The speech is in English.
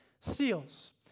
seals